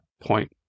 point